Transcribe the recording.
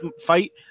fight